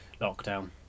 lockdown